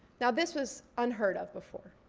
now this was unheard of before.